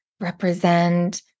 represent